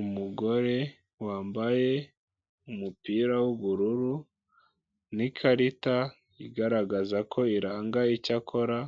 Umugore wambaye umupira w'ubururu n'ikarita igaragaza ko iranga icyakora,